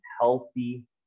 healthy